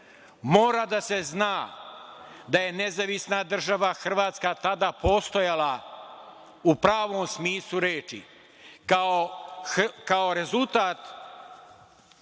Mora da se zna da je Nezavisna Država Hrvatska tada postojala u pravom smislu reči, kao rezultat